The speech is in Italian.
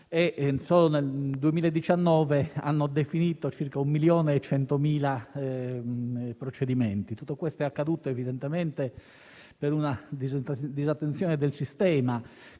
solo nel 2019 hanno definito circa 1.100.000 procedimenti. Tutto questo è accaduto evidentemente per una disattenzione del sistema,